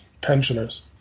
pensioners